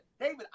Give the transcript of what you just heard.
David